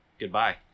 goodbye